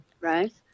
right